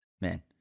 Man